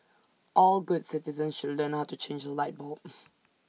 all good citizens should learn how to change A light bulb